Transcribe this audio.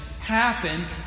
happen